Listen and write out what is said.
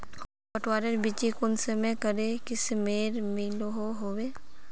पटवार बिच्ची कुंसम करे किस्मेर मिलोहो होबे?